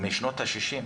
משנות ה-60?